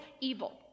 evil